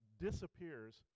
disappears